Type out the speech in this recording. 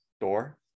door